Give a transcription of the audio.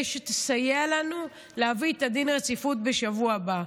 שתסייע לנו להביא את דין הרציפות בשבוע הבא.